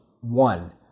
one